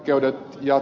joel ja